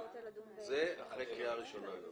נדון בזה אחרי קריאה ראשונה.